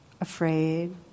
Afraid